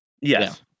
Yes